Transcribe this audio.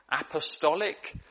apostolic